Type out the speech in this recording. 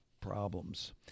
problems